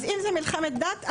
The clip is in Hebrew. אז אם זה מלחמת דת,